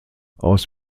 aus